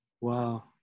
Wow